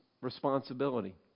responsibility